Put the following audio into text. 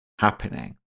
happening